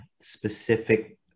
specific